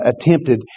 attempted